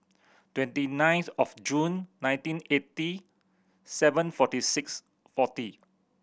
twenty ninth of June nineteen eighty seven forty six forty